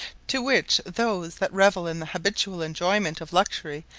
to which those that revel in the habitual enjoyment of luxury,